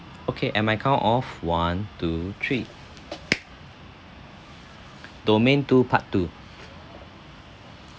okay and my count of one two three domain two part two